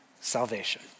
salvation